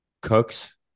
Cooks